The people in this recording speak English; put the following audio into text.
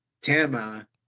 Tama